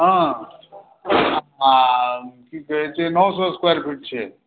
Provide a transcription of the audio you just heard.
हँ आ की कहैत छै नओ सए स्क्वायर फ़ीट छै